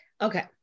Okay